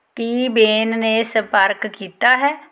ਕੀ ਬੇਨ ਨੇ ਸੰਪਰਕ ਕੀਤਾ ਹੈ